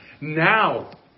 now